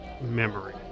memory